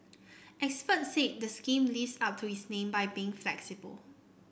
experts said the scheme lives up to its name by being flexible